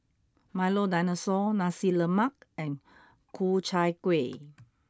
Milo Dinosaur Nasi Lemak and Ku Chai Kueh